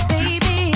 Baby